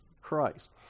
Christ